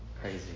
Crazy